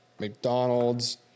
McDonald's